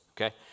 okay